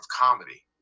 comedy